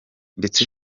ndetse